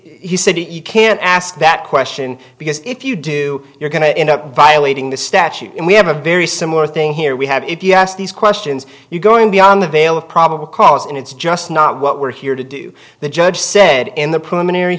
he said you can ask that question because if you do you're going to end up violating the statute and we have a very similar thing here we have if you ask these questions you're going beyond the veil of probable cause and it's just not what we're here to do the judge said in the preliminary